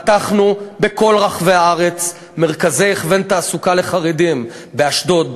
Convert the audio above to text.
פתחנו בכל רחבי הארץ מרכזי הכוון תעסוקה לחרדים: באשדוד,